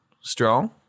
strong